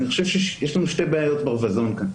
אני חושב שיש לנו שתי בעיות ברווזון כאן: